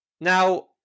Now